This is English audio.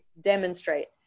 demonstrate